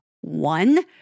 One